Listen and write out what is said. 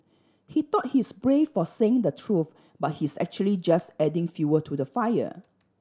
he thought he's brave for saying the truth but he's actually just adding fuel to the fire